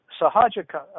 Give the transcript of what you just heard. Sahaja